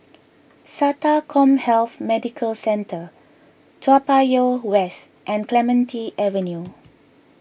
Sata CommHealth Medical Centre Toa Payoh West and Clementi Avenue